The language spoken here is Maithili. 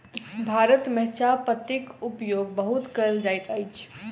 भारत में चाह पत्तीक उपयोग बहुत कयल जाइत अछि